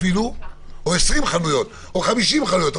אפידמיולוגי שיש אפשרות לפתוח חנויות רחוב,